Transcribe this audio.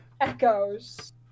Echoes